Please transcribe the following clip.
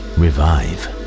revive